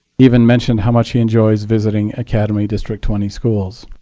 even mentioned how much he enjoys visiting academy district twenty schools.